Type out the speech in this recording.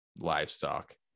livestock